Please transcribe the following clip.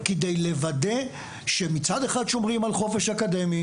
כדי לוודא שמצד אחד שומרים על חופש אקדמי.